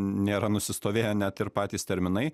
nėra nusistovėję net ir patys terminai